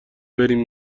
بریم